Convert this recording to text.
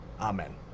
Amen